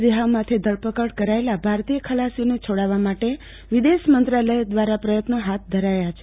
રીઆહમાંથી ધરપકડ કરાચેલા ભારતીય ખલાસીઓને છોડાવવા માટે વિદેશ મંત્રાલય દ્રારા પ્રયત્નો હાથ ધરાયા છે